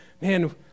man